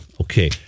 Okay